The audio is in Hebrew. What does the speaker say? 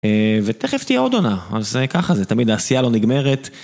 ותכף תהיה עוד עונה, אז זה ככה, זה תמיד העשייה לא נגמרת.